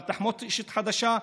גם תחמושת חדשה,